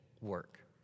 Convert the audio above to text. work